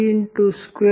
C